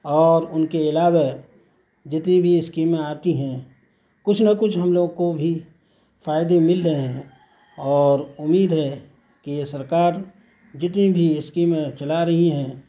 اور ان کے علاوہ جتنی بھی اسکیمیں آتی ہیں کچھ نہ کچھ ہم لوگ کو بھی فائدے مل رہے ہیں اور امید ہے کہ یہ سرکار جتنی بھی اسکیمیں چلا رہی ہیں